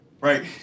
right